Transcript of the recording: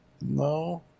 No